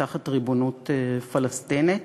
תחת ריבונות פלסטינית,